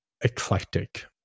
eclectic